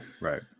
right